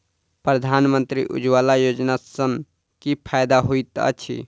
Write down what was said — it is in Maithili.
प्रधानमंत्री उज्जवला योजना सँ की फायदा होइत अछि?